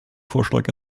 vorschlag